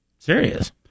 Serious